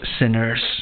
sinners